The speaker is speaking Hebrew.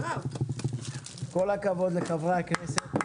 כל הכבוד לחברי הכנסת,